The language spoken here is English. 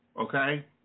Okay